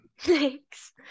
Thanks